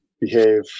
behave